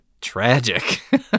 tragic